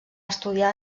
estudiar